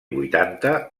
vuitanta